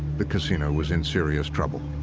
the casino was in serious trouble.